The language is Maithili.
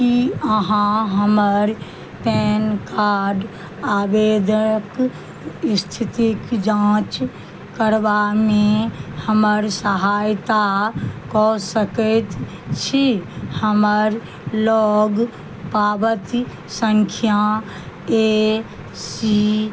की अहाँ हमर पेन कार्ड आवेदनक स्थितिक जाँच करबामे हमर सहायता कऽ सकैत छी हमर लग पाबती सङ्ख्या ए सी